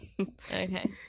Okay